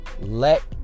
Let